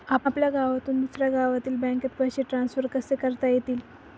आपल्या गावातून दुसऱ्या गावातील बँकेत पैसे ट्रान्सफर कसे करता येतील?